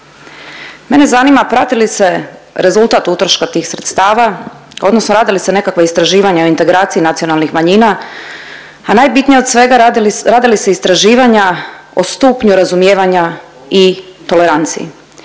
Mene zanima prate li se rezultat utroška tih sredstava odnosno rade li se nekakva istraživanja o integraciji nacionalnih manjina, a najbitnije od svega rade li se istraživanja o stupnju razumijevanja i tolerancije?